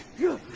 you